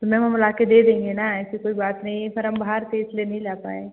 तो मैम हम लाके दे देंगे ना ऐसी कोई बात नहीं पर हम बाहर थे इसलिए नहीं ला पाए